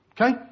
Okay